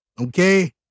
okay